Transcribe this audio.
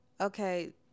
Okay